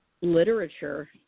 literature